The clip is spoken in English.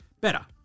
Better